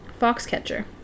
Foxcatcher